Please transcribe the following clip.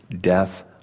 death